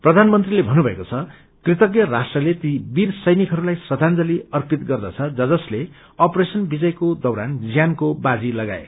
प्रधानमंत्रीले भन्नुभएको छ कृतज्ञ राष्ट्र ती वीर सैनिकहस्ताई श्रद्धंजलि अर्पित गर्दछ ज जसले अपरेशन विजयको दौरान ज्यानको बाजी सगाए